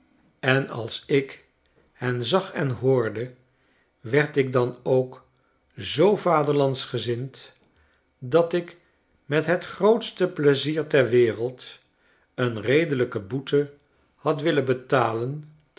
en als ik hen zag en hoorde werd ik dan ook zoo vaderlandsgezind dat ik met het grootste pleizier ter wereld een redelijke boete had willen betalen